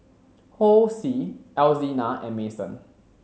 Hosea Alzina and Mason